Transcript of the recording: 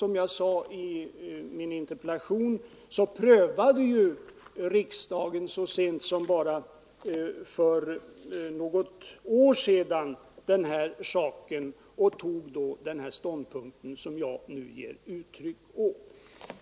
Som jag sade i svaret prövade riksdagen så sent som för bara några år sedan den här frågan och tog den ståndpunkt som jag nu har givit uttryck åt.